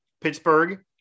Pittsburgh